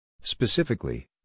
Specifically